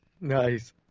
Nice